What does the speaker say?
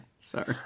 Sorry